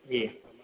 جی